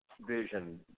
vision